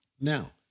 Now